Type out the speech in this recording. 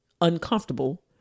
uncomfortable